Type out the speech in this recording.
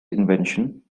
invention